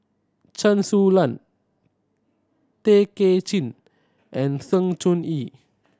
Chen Su Lan Tay Kay Chin and Sng Choon Yee